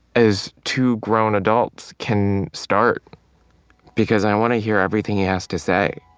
as two grown adults can start because i want to hear everything he has to say